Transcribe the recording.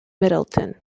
middleton